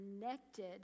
connected